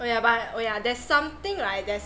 oh yeah but oh yeah there's something like there's